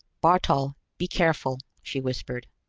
bartol, be careful, she whispered,